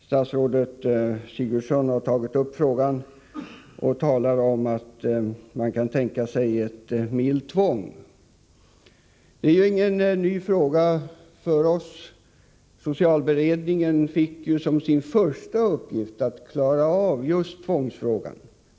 Statsrådet Sigurdsen har sagt att man kan tänka sig ett milt tvång. Detta är ingen ny fråga för oss. Socialberedningen fick som sin första uppgift att klara av just tvångsfrågan.